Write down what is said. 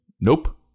nope